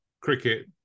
cricket